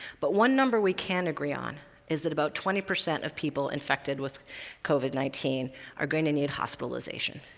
but one number we can agree on is that about twenty percent of people infected with covid nineteen are going to need hospitalization.